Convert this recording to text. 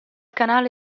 canale